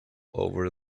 over